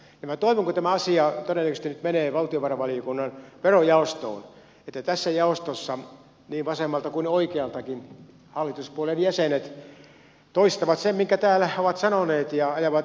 minä toivon kun tämä asia todennäköisesti nyt menee valtiovarainvaliokunnan verojaostoon että tässä jaostossa niin vasemmalta kuin oikealtakin hallituspuolueiden jäsenet toistavat sen minkä täällä ovat sanoneet ja ajavat asiaa eteenpäin